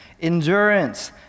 endurance